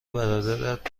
برادرت